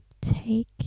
take